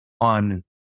on